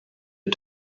are